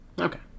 Okay